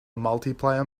multiplayer